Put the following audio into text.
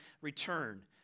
return